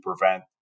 prevent